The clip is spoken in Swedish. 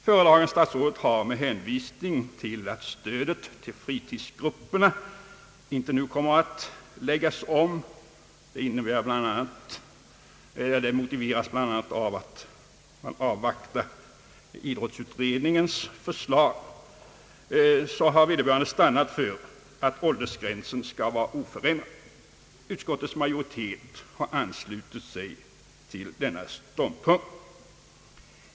Föredragande statsrådet har, med hänsyn till att stödet till fritidsgrupperna inte nu kommer att läggas om — det motiveras bl.a. av att man vill avvakta idrottsutredningens förslag — stannat för att åldersgränsen skall vara oförändrad. Utskottets majoritet har anslutit sig till denna ståndpunkt.